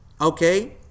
Okay